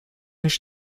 ich